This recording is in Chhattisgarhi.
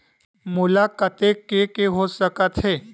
मोला कतेक के के हो सकत हे?